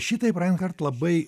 šitaip rinehart labai